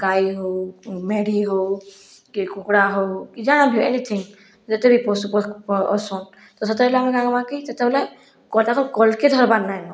ଗାଈ ହଉ କି ମେଣ୍ଢି ହଉ କି କୁକୁଡ଼ା ହଉ କି ଯାହା ବି ଏନିଥିଙ୍ଗ୍ ଯେତେ ବି ପଶୁ ଅଛନ୍ ତ ସେତେବେଲେ ଆମର୍ କାଁ ହବା କି ସେତୋବେଲେ କଟାସ କଲ୍କେ ଧର୍ବାର୍ ନେଇଁ ନ